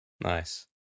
nice